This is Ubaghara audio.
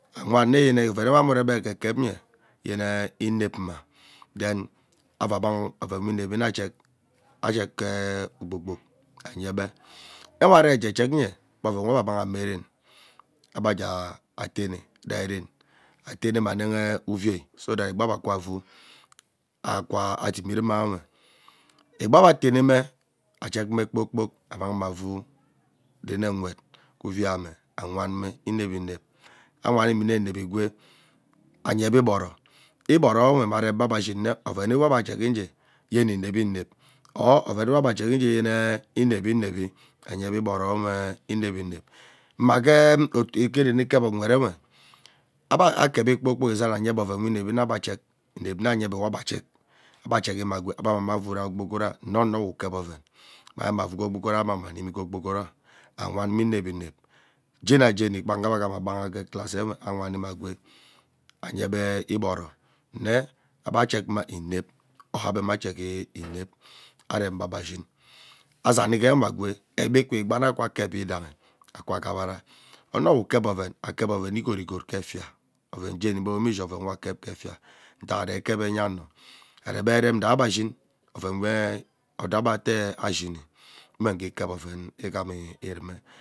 Awen nneyen oven nwee amme urebe ekep ekep nye yemee inep mma then avang gbohun oven nwe inivi nna ajeck, ajeck kee ugbogbog anye gbe nwe aree ejeck ejeck nyee mme oven wee abe amang ajeren abe ajaa atenne deren ateneme amee uuvi so that egbi ebe ate avu akwu adimi rumanwe egbi ebe ateneme ajeck mme ekpoo kpok amangme avuu dene uwet ke uveime awan mme inep inep awamime inep inep igwee ayebe iboro iboronwe mme arembe abe ashin nne ovenebe abe ajeckhi ijee yene inep inep or oven ebe, abe ajei jee yene inep inep, aye bee iboro nwe inevi inep. Mma ghee aeea deen otu ikep nwet uwe, ebe akep kpoo kpok izan ayebe ovenwe iwevi nne ebe jeck inep mme ayebe we ebe jeck. Ebe ajeime agwee ebe amangme avuu rai ogbogova mme ono we ukep oven amang me animi gogbogora awenme inep inep jeni ah jeni kpan ugha ebe agham aghaha gee class enwe awanime agwee ayebe iboro nne ebe ajech mma inep or ebe mma jeei inep arem ebe, ebe ashin azani ghenwe agwee egbi kwii igbaa nne akwaa kep yindahi akwa ghabara onowe ukep oven akep oven igorogot ghee efia. Oven jeni mme ebun ishin we akep ke efia ntak arei ikep enya ano areberem raaebe ashin oven nwee odo ebe ita ebe ashini mme nghee ikep ovea ighama rume